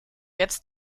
jetzt